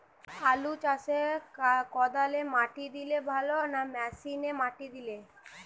আলু চাষে কদালে মাটি দিলে ভালো না মেশিনে মাটি দিলে?